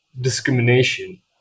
discrimination